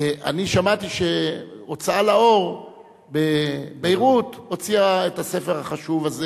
שמעתי שהוצאה לאור בביירות הוציאה את הספר החשוב הזה